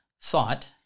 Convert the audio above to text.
thought